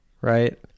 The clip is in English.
right